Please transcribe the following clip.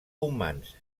humans